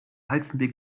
halstenbek